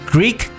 Greek